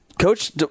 Coach